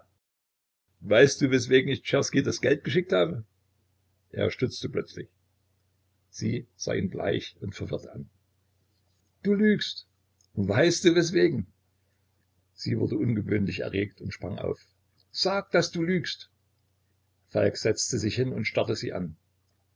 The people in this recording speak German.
weißt du weswegen ich czerski das geld geschickt habe er stutzte plötzlich sie sah ihn bleich und verwirrt an du lügst weißt du weswegen sie wurde ungewöhnlich erregt und sprang auf sag daß du lügst falk setzte sich hin und starrte sie an